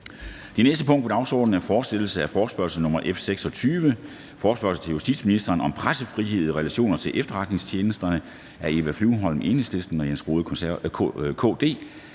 Det næste punkt på dagsordenen er: 2) Fortsættelse af forespørgsel nr. F 26 [afstemning]: Forespørgsel til justitsministeren om pressefrihed i relation til efterretningstjenesterne. Af Eva Flyvholm (EL) og Jens Rohde (KD).